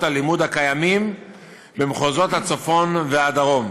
הלימוד הקיימים במחוזות הצפון והדרום